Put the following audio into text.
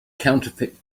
counterfeit